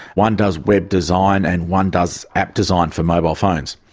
one does web design and one does app design for mobile phones.